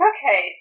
Okay